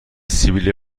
سبیل